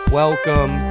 welcome